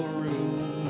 room